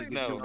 no